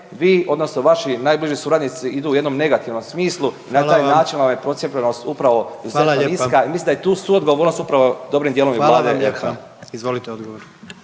vi, odnosno vaši najbliži suradnici idu u jednom negativnom smislu i na taj način vam je procijepljenost upravo izuzetno niska i mislim da je tu suodgovornost upravo dobrim dijelom i Vlade RH. **Jandroković,